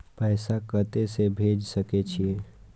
पैसा कते से भेज सके छिए?